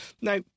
Now